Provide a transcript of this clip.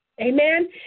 Amen